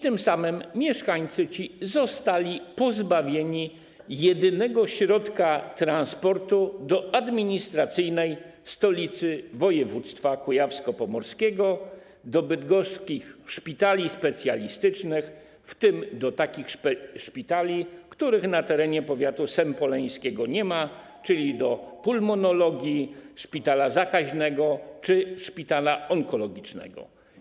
Tym samym mieszkańcy ci zostali pozbawieni jedynego środka transportu do administracyjnej stolicy województwa kujawsko-pomorskiego, do bydgoskich szpitali specjalistycznych, w tym do takich szpitali i usług, których na terenie powiatu sępoleńskiego nie ma, czyli do pulmonologii, szpitala zakaźnego czy szpitala onkologicznego.